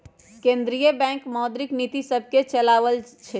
केंद्रीय बैंक मौद्रिक नीतिय सभके चलाबइ छइ